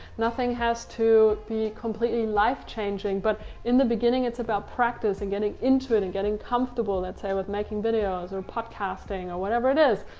nothing has to be completely life changing. but in the beginning it's about practice and getting in to it and getting comfortable. lets say with making videos or podcasting or whatever it is.